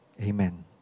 Amen